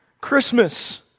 Christmas